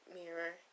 mirror